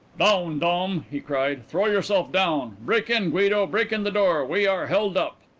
down, dom! he cried, throw yourself down! break in, guido. break in the door. we are held up!